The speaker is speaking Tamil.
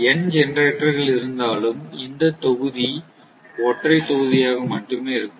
n ஜெனரேட்டர்கள் இருந்தாலும் இந்த தொகுதி ஒற்றை தொகுதியாக மட்டுமே இருக்கும்